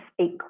speak